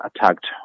attacked